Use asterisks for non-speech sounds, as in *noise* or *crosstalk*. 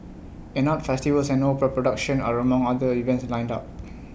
an arts festivals and opera production are among other events lined up *noise*